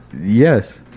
Yes